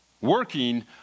working